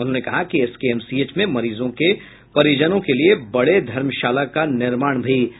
उन्होंने कहा कि एसकेएमसीएच में मरीजों के परिजनों के लिए बड़े धर्मशाला का निर्माण भी कराया जायेगा